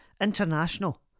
International